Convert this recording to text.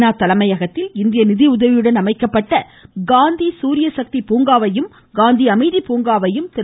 நா தலைமையகத்தில் இந்திய நிதியுதவியுடன் அமைக்கப்பட்டுள்ள காந்தி சூரிய சக்தி பூங்காவையும் காந்தி அமைதி பூங்காவையும் திரு